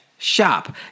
Shop